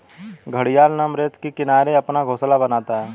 घड़ियाल नम रेत के किनारे अपना घोंसला बनाता है